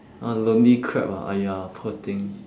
a lonely crab ah !aiya! poor thing